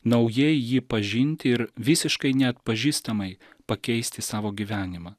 naujai jį pažinti ir visiškai neatpažįstamai pakeisti savo gyvenimą